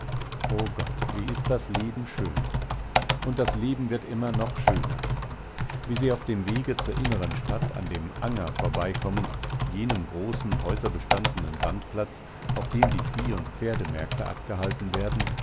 o gott wie ist das leben schön und das leben wird immer noch schöner wie sie auf dem wege zur inneren stadt an dem anger vorbeikommen jenem großen häuserbestandenen sandplatz auf dem die vieh und pferdemärkte abgehalten werden